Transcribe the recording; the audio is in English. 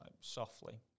softly